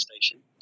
station